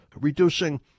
reducing